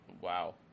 Wow